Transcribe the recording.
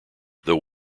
though